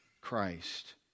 Christ